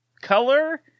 Color